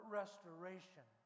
restoration